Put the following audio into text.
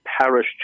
parish